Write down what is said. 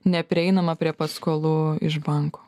neprieinama prie paskolų iš banko